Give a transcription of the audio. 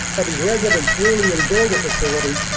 but his residents really enjoy the facilities,